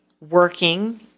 working